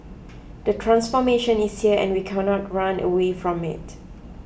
the transformation is here and we cannot run away from it